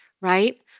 right